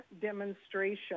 demonstration